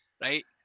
right